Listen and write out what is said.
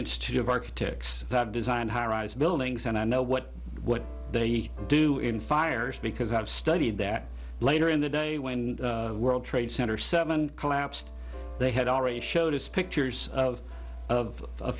institute of architects that design high rise buildings and i know what what they do in fires because i've studied that later in the day when world trade center seven collapsed they had already showed us pictures of